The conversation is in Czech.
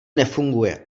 nefunguje